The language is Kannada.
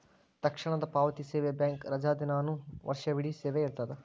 ತಕ್ಷಣದ ಪಾವತಿ ಸೇವೆ ಬ್ಯಾಂಕ್ ರಜಾದಿನಾನು ವರ್ಷವಿಡೇ ಸೇವೆ ಇರ್ತದ